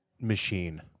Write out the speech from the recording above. machine